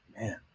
man